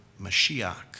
Mashiach